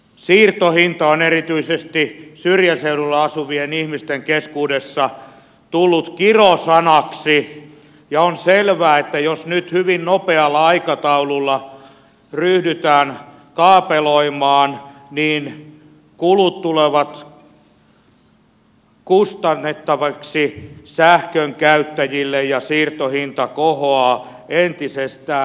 siirtohinta on erityisesti syrjäseudulla asuvien ihmisten keskuudessa tullut kirosanaksi ja on selvää että jos nyt hyvin nopealla aikataululla ryhdytään kaapeloimaan niin kulut tulevat kustannettaviksi sähkönkäyttäjille ja siirtohinta kohoaa entisestään